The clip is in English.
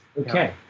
okay